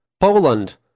Poland